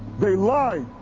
they lie.